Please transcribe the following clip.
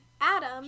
Adam